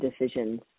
decisions